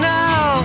now